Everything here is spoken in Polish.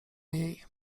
jej